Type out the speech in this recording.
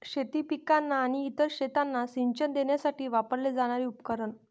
शेती पिकांना आणि इतर शेतांना सिंचन देण्यासाठी वापरले जाणारे उपकरण